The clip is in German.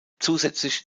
zusätzlich